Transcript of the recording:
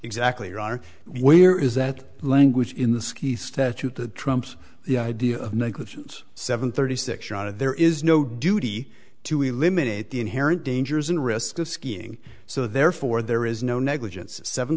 exactly or are where is that language in the ski statute that trumps the idea of negligence seven thirty six shot of there is no duty to eliminate the inherent dangers in risk of skiing so therefore there is no negligence seven